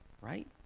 right